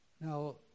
Now